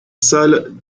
salle